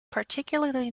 particularly